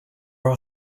are